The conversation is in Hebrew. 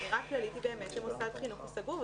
האמירה הכללית היא שבאמת מוסד חינוך הוא סגור,